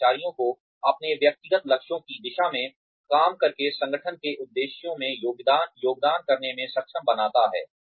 कर्मचारियों को अपने व्यक्तिगत लक्ष्यों की दिशा में काम करके संगठन के उद्देश्यों में योगदान करने में सक्षम बनाता है